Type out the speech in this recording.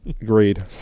agreed